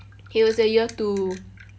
he was a year two